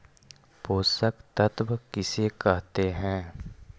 पोषक तत्त्व किसे कहते हैं?